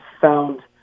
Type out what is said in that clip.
found